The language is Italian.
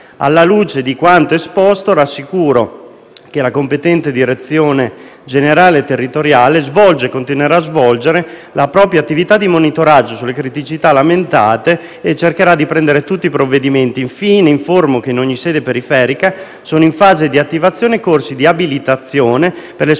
Alla luce di quanto esposto, rassicuro che la competente Direzione generale territoriale svolge e continuerà a svolgere la propria attività di monitoraggio sulle criticità lamentate e cercherà di assumere tutti i necessari provvedimenti. Infine, informo che in ogni sede periferica sono in fase di attivazione corsi di abilitazione per l'espletamento